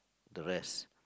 the rest